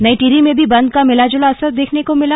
नई टिहरी में भी बंद का मिलाजुला असर देखने को मिला